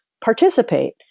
participate